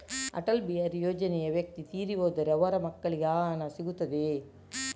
ಅಟಲ್ ಬಿಹಾರಿ ಯೋಜನೆಯ ವ್ಯಕ್ತಿ ತೀರಿ ಹೋದರೆ ಅವರ ಮಕ್ಕಳಿಗೆ ಆ ಹಣ ಸಿಗುತ್ತದೆಯೇ?